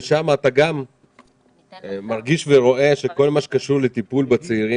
וגם שם אתה מרגיש ורואה שבכל מה שקשור בטיפול בצעירים,